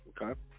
okay